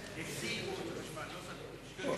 הפסיקו את החשמל, לא סגרו.